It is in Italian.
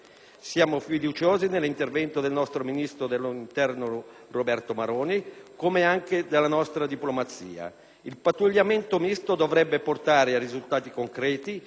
Siamo fiduciosi nell'intervento del nostro ministro dell'interno Roberto Maroni, come anche della nostra diplomazia. Il pattugliamento misto dovrebbe portare a risultati concreti,